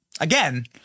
again